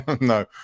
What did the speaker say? No